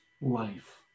life